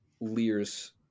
Lear's